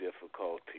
difficulty